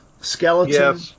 skeleton